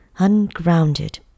ungrounded